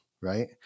right